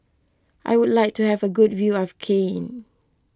I would like to have a good view of Cayenne